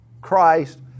Christ